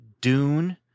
Dune